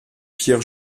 pierre